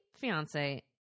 fiance